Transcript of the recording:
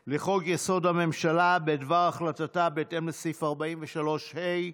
לחוק-יסוד: הממשלה בדבר החלטה בהתאם לסעיף 43ה(א)